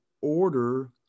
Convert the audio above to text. order